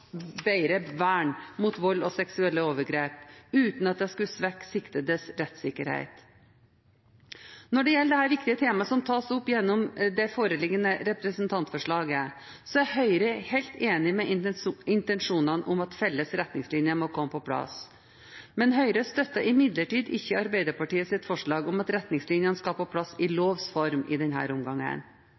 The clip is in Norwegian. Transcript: bedre vern mot vold og seksuelle overgrep – uten at det skulle svekke siktedes rettssikkerhet. Når det gjelder dette viktige temaet, som tas opp gjennom det foreliggende representantforslaget, er Høyre helt enig i intensjonene om at felles retningslinjer må komme på plass. Høyre støtter imidlertid ikke Arbeiderpartiet og Senterpartiets forslag om at retningslinjene skal på plass i lovs form i